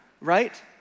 right